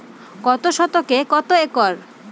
কত শতকে এক একর?